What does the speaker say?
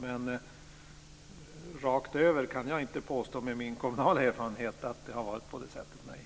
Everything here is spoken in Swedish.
Men rakt över kan jag inte påstå, med min kommunala erfarenhet, att det har varit på det sättet.